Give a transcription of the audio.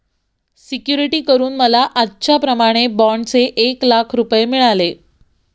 security करून मला आजच्याप्रमाणे बाँडचे एक लाख रुपये मिळाले